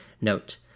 Note